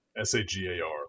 S-A-G-A-R